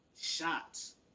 shots